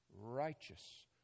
righteous